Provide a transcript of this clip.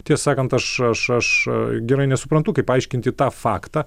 tiesą sakant aš aš aš ee gerai nesuprantu kaip paaiškinti tą faktą